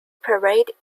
parade